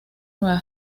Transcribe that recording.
nueva